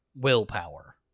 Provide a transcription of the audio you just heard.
willpower